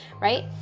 right